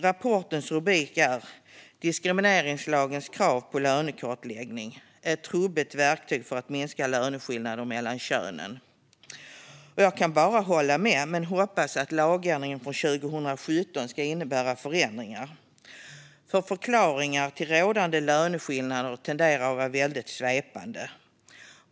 Rapportens rubrik är Diskrimineringslagens krav på lönekartläggning - ett trubbigt verktyg för att minska löneskillnaderna mellan könen . Och jag kan bara hålla med men hoppas att lagändringen från 2017 ska innebära förändringar, för förklaringarna till rådande löneskillnader tenderar att vara väldigt svepande.